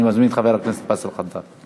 אני מזמין את חבר הכנסת באסל גטאס.